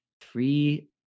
three